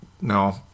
No